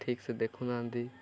ଠିକ୍ସେ ଦେଖୁନାହାନ୍ତି